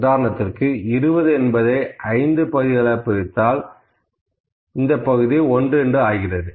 உதாரணத்திற்கு 20 என்பதை 5 பகுதிகளாகப் பிரித்தால் இது 1 என்று ஆகிறது